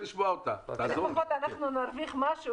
לפחות אנחנו נרוויח משהו,